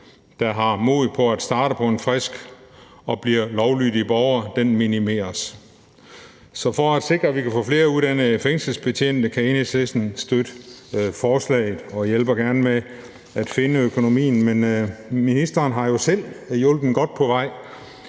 der har mod på at starte på en frisk og blive lovlydige borgere, minimeres. Så for at sikre, at vi kan få flere uddannede fængselsbetjente, kan Enhedslisten støtte forslaget og hjælper gerne med at finde økonomien til det. Men ministeren har jo selv hjulpet godt på vej.